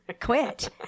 Quit